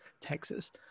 Texas